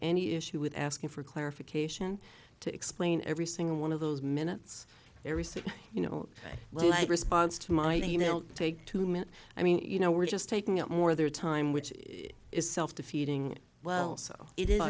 any issue with asking for clarification to explain every single one of those minutes every said you know like response to my you know take two minute i mean you know we're just taking up more of their time which is self defeating well so it